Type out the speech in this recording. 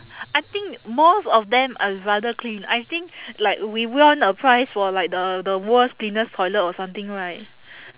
I think most of them are rather clean I think like we won a prize for like the the world's cleanest toilet or something right